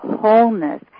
wholeness